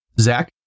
Zach